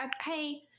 hey